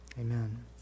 Amen